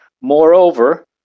Moreover